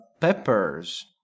Peppers